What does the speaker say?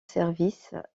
service